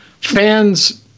fans